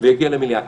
ויגיע למליאה.